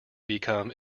become